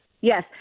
Yes